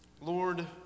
Lord